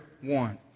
one